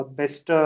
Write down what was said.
best